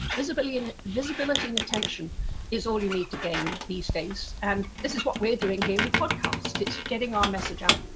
visibility and visibility and attention is all you need to gain, these days. and this is what we're doing here with podcasts, it's getting our message out,